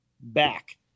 back